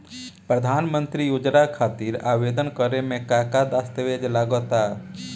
प्रधानमंत्री योजना खातिर आवेदन करे मे का का दस्तावेजऽ लगा ता?